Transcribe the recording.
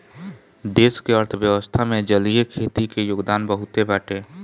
देश के अर्थव्यवस्था में जलीय खेती के योगदान बहुते बाटे